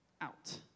out